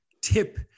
tip